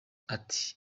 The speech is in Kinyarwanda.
ati